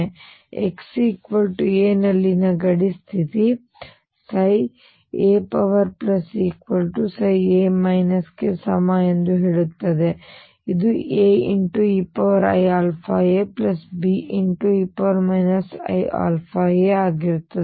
ಮತ್ತು x a ನಲ್ಲಿನ ಗಡಿ ಸ್ಥಿತಿ ψa ψ ಗೆ ಸಮ ಎಂದು ಹೇಳುತ್ತದೆ ಮತ್ತು ಇದು AeiαaBe iαa ಆಗಿರುತ್ತದೆ